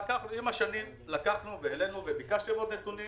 השנים ביקשתם עוד נתונים